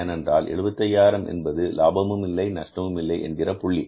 ஏனென்றால் ரூபாய் 75000 என்பது லாபமும் இல்லை நஷ்டமும் இல்லை என்கிற புள்ளி